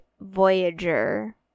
Voyager